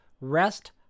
rest